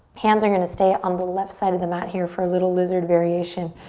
hands are gonna stay on the left side of the mat here for a little lizard variation.